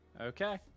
Okay